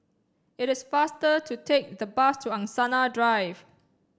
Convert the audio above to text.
it is faster to take the bus to Angsana Drive